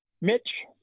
Mitch